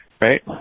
right